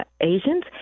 Asians